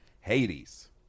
Hades